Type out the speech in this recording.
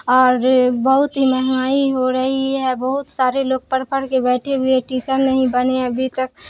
اور بہت ہی مہنگائی ہو رہی ہے بہت سارے لوگ پڑھ پڑھ کے بیٹھے ہوئے ہیں ٹیچر نہیں بنے ابھی تک